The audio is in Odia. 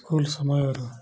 ସ୍କୁଲ ସମୟର